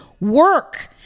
work